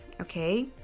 okay